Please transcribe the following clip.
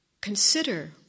consider